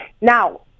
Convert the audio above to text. Now